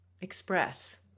express